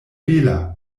bela